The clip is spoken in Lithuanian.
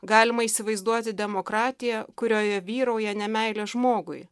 galima įsivaizduoti demokratiją kurioje vyrauja nemeilė žmogui